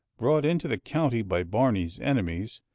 brought into the county by barney's enemies,